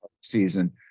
Season